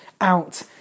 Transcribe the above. out